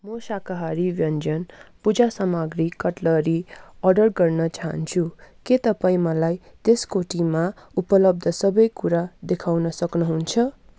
म शाकाहारी व्यञ्जन पूजा सामग्री कटलरी अर्डर गर्न चाहन्छु के तपाईँ मलाई त्यस कोटीमा उपलब्ध सबै कुरा देखाउन सक्नुहुन्छ